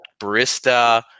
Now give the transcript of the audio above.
barista